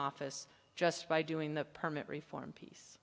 office just by doing the permit reform piece